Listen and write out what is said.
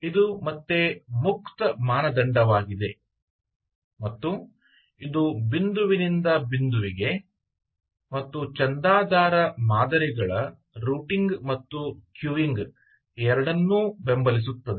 ಇದು ಮತ್ತೆ ಮುಕ್ತ ಮಾನದಂಡವಾಗಿದೆ ಮತ್ತು ಇದು ಬಿಂದುವಿನಿಂದ ಬಿಂದುವಿಗೆ ಮತ್ತು ಚಂದಾದಾರ ಮಾದರಿಗಳ ರೂಟಿಂಗ್ ಮತ್ತು ಕ್ಯೂಯಿಂಗ್ ಎರಡನ್ನೂ ಬೆಂಬಲಿಸುತ್ತದೆ